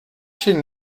się